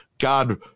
God